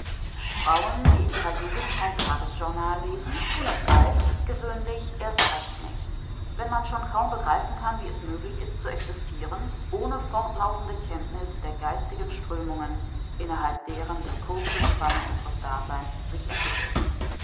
frauen die in ihrer jugend kein tages journal lesen thun es alt gewöhnlich erst recht nicht wenn man schon kaum begreifen kann wie es möglich ist zu existiren ohne fortlaufende kenntniß der geistigen strömungen innerhalb deren die kurze spanne unseres daseins sich entwickelt